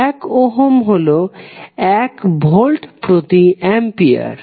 1 ohm হলো এক volt প্রতি অ্যাম্পিয়ার